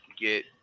get